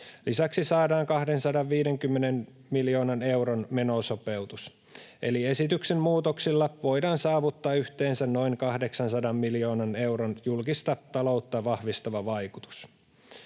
Lisäksi saadaan 250 miljoonan euron menosopeutus. Eli esityksen muutoksilla voidaan saavuttaa yhteensä noin 800 miljoonan euron julkista taloutta vahvistava vaikutus.